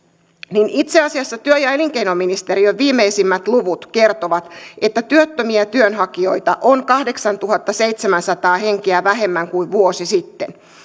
niin itse asiassa työ ja elinkeinoministeriön viimeisimmät luvut kertovat että työttömiä työnhakijoita on kahdeksantuhattaseitsemänsataa henkeä vähemmän kuin vuosi sitten